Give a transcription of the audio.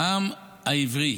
אברהם העברי,